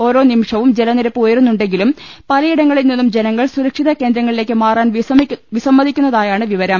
ഓരോനിമിഷവും ജലനിരപ്പ് ഉയരുന്നുണ്ടെങ്കിലും പലയിടങ്ങളിൽനിന്നും ജനങ്ങൾ സുരക്ഷിത കേന്ദ്രങ്ങളിലേക്ക് മാറാൻ വിസമ്മതിക്കുന്നതായാണ് വിവരം